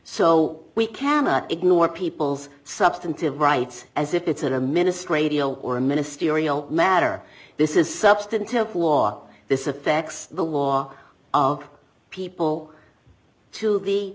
so we cannot ignore people's substantive rights as if it's a minister a deal or a ministerial matter this is substantive law this effects the war of people to the